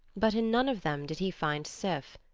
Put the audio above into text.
but in none of them did he find sif,